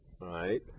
right